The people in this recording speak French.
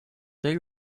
dès